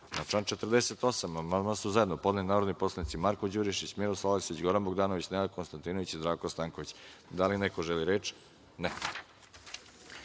amandman su zajedno podneli narodni poslanici Marko Đurišić, Miroslav Aleksić, Goran Bogdanović, Nenad Konstantinović i Zdravko Stanković. Da li neko želi reč?